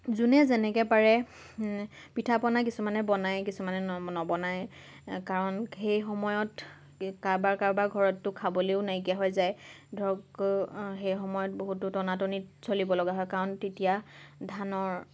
যোনে যেনেকৈ পাৰে পিঠা পনা কিছুমানে বনায় কিছুমানে নব নবনায় কাৰণ সেই সময়ত কাৰোবাৰ কাৰোবাৰ ঘৰতটো খাবলৈও নাইকিয়া হৈ যায় ধৰক সেই সময়ত বহুতো টনা টনিত চলিব লগা হয় কাৰণ তেতিয়া ধানৰ